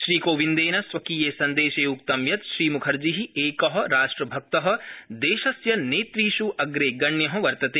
श्रीकोविन्देन स्वकीये सन्देशे उक्तं यत् श्रीम्खर्जी कि राष्ट्रभक्त देशस्य नेतृष् अगेप्रण्य वर्तते